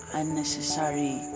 unnecessary